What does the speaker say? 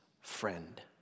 friend